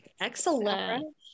excellent